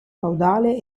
caudale